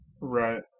Right